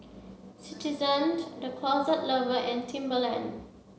citizen to The Closet Lover and Timberland